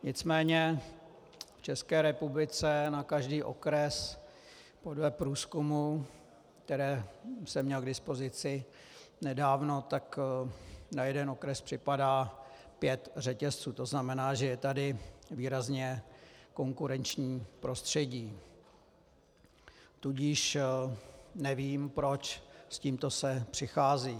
Nicméně v České republice na každý okres podle průzkumů, které jsem měl k dispozici nedávno, na jeden okres připadá pět řetězců, tzn. že je tady výrazně konkurenční prostředí, tudíž nevím, proč se s tímto přichází.